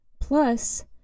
Plus